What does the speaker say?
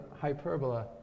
hyperbola